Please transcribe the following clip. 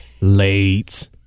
late